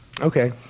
Okay